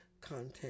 content